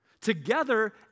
Together